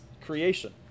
creation